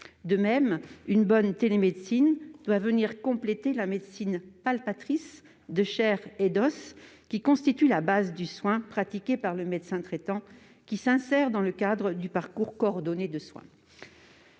De même, une bonne télémédecine doit venir compléter la médecine « palpatrice », de chair et d'os, qui constitue la base du soin pratiqué par le médecin traitant, et doit s'insérer dans le cadre du parcours coordonné de soins.